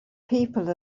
people